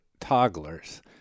togglers